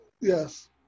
Yes